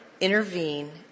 intervene